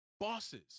bosses